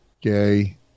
Gay